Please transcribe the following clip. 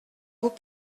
vous